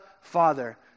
Father